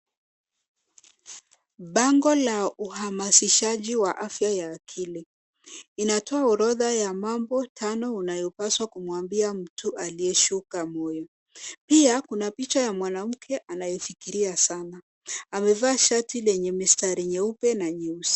Bango la uhamasishaji wa afya ya akili. Inatoa orodha ya mambo tano unayopaswa kumwambia mtu aliyeshuka moyo. Pia, kuna picha ya mwanamke anayefikiria sana. Amevaa shati lenye mistari nyeupe na nyeusi.